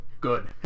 Good